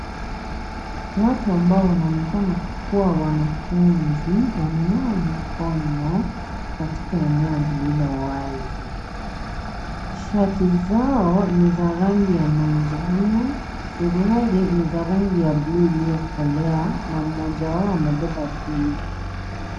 Watu ambao wanaonekana kuwa wanafunzi, wananawa mikono katika eneo lililo wazi. Shati zao ni za rangi ya manjano, suruali ni za rangi ya buluu iliyokolea na mmoja wao amebeba begi.